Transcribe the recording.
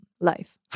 life